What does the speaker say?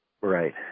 Right